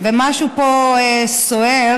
ומשהו פה סוער.